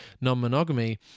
non-monogamy